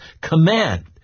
command